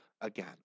again